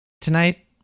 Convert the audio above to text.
Tonight